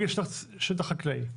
יש לך שטח חקלאי,